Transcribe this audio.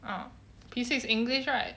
oh P six english right